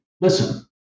Listen